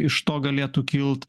iš to galėtų kilt